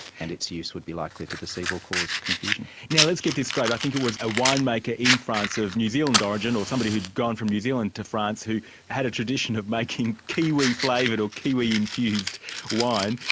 and its use would be likely to deceive or cause confusion. now let's get this straight. i think it was a winemaker in france of new zealand origin, or somebody who'd gone from new zealand to france who had a tradition of making kiwi-flavoured, or kiwi-infused wine,